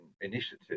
initiative